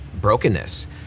brokenness